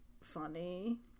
funny